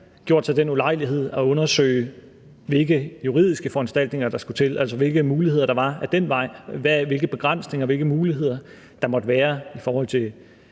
gjort sig den ulejlighed at undersøge, hvilke juridiske foranstaltninger der skulle til, altså hvilke muligheder der var ad den vej, hvilke begrænsninger og hvilke muligheder der måtte være i forhold til